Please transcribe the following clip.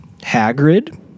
Hagrid